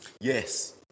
Yes